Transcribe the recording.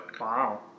Wow